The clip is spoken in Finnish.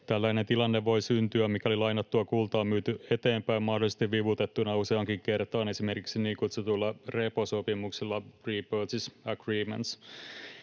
Tällainen tilanne voi syntyä, mikäli lainattua kultaa on myyty eteenpäin mahdollisesti vivutettuna useaankin kertaan esimerkiksi niin kutsutuilla reposopimuksilla, repurchase agreements.